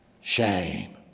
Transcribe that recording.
shame